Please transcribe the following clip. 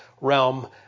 realm